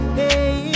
hey